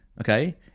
Okay